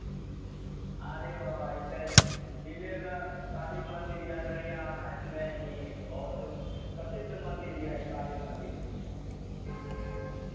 आरे बा ई तऽ जिलेमे काली मन्दिर यए अररियामे ही बहुत प्रसिद्ध मन्दिर यए ई काली मन्दिर